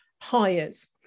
hires